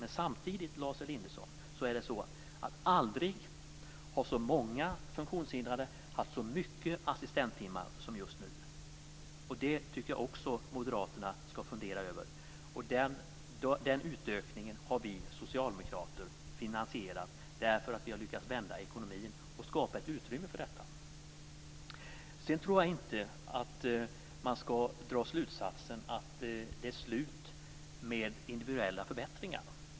Men samtidigt, Lars Elinderson, har aldrig så många funktionshindrade haft så mycket assistenttimmar som just nu. Det tycker jag också moderaterna skall fundera över. Den utökningen har vi socialdemokrater finansierat. Vi har lyckats vända ekonomin och skapa ett utrymme för detta. Sedan tror jag inte att man skall dra slutsatsen att det är slut med individuella förbättringar.